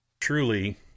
truly